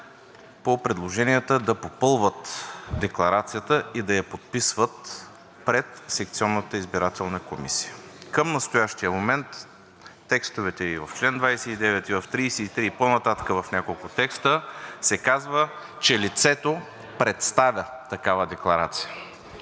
по предложенията да попълват декларацията и да я подписват пред секционната избирателна комисия. Към настоящия момент текстовете – и в чл. 29, и в чл. 33, и по-нататък в няколко текста се казва, че лицето представя такава декларация.